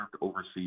overseas